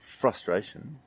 frustration